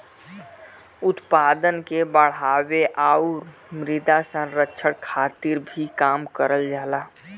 उत्पादन के बढ़ावे आउर मृदा संरक्षण खातिर भी काम करल जाला